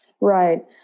Right